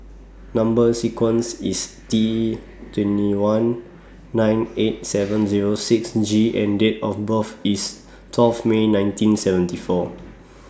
Number sequence IS T twenty one nine eight seven Zero six G and Date of birth IS twelve May nineteen seventy four